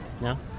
No